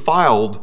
filed